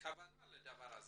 כוונה לדבר הזה?